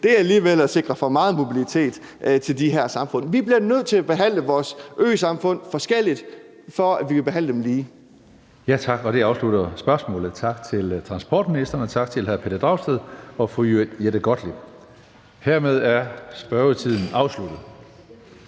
er alligevel at sikre for meget mobilitet til de her samfund. Vi bliver nødt til at behandle vores øsamfund forskelligt, for at vi kan behandle dem lige. Kl. 16:25 Tredje næstformand (Karsten Hønge): Tak. Det afslutter spørgsmålet. Tak til transportministeren, og tak til hr. Pelle Dragsted og fru Jette Gottlieb. Hermed er spørgetiden afsluttet.